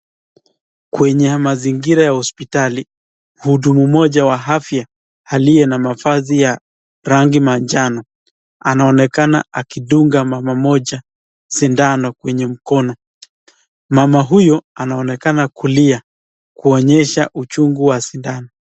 Kwenye mazingira ya hospitali, mhudumu moja wa afya aliye na mavazi ya rangi manjano anaonekana akidunga mama moja sindano kwenye mkono, mama huyo anaonekana kulia kuonyesh uchungu wa sindano.